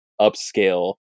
upscale